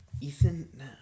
Ethan